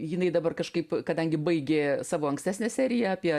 jinai dabar kažkaip kadangi baigė savo ankstesnę seriją apie